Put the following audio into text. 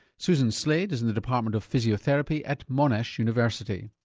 susan slade is in the department of physiotherapy at monash university.